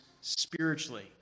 spiritually